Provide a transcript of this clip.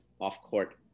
off-court